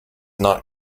not